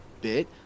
bit